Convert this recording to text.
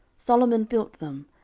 solomon built them,